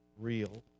real